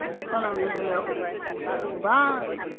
बिदि फोनांनायनि बेलायाव गोबां